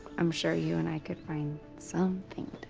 i'm sure you and i could find something